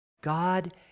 God